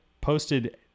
posted